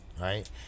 right